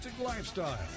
lifestyle